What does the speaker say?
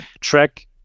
track